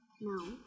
No